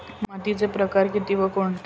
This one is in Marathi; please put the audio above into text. मातीचे प्रकार किती व कोणते?